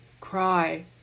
cry